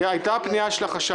מי תוקע את זה?